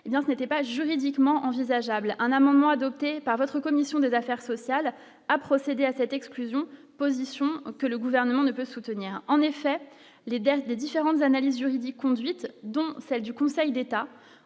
ce n'était pas juridiquement envisageables : un amendement adopté par votre commission des affaires sociales à procéder à cette exclusion position que le gouvernement ne peut soutenir en effet les dates des différentes analyses juridiques conduite dont celle du Conseil d'État